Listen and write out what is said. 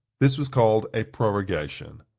this was called a prorogation.